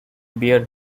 beer